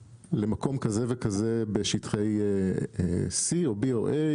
למקום כזה וכזה בשטחי C או B או A,